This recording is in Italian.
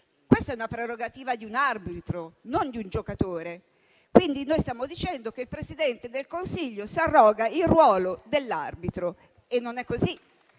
Questa è prerogativa di un arbitro, non di un giocatore. Quindi, noi stiamo dicendo che il Presidente del Consiglio si arroga il ruolo dell'arbitro e non è così,